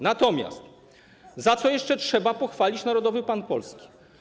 Natomiast za co jeszcze trzeba pochwalić Narodowy Bank Polski?